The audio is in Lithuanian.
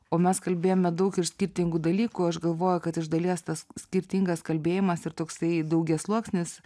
o mes kalbėjome daug ir skirtingų dalykų aš galvoju kad iš dalies tas skirtingas kalbėjimas ir toksai daugiasluoksnis